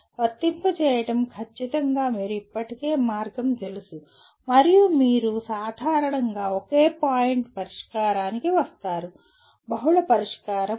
వర్తింపజేయడం ఖచ్చితంగా మీరు ఇప్పటికే మార్గం తెలుసు మరియు మీరు సాధారణంగా ఒకే పాయింట్ పరిష్కారానికి వస్తారు బహుళ పరిష్కారం కాదు